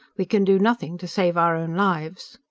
we can do nothing to save our own lives!